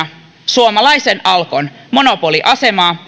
suomalaisen alkon monopoliasemaa